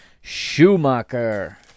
Schumacher